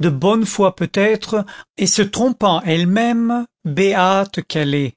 de bonne foi peut-être et se trompant elle-même béate qu'elle est